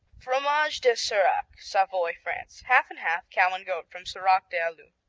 fromage de serac savoy, france half and half, cow and goat, from serac des allues.